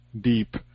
deep